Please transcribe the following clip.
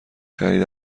خرید